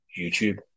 YouTube